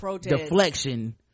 Deflection